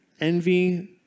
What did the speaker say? envy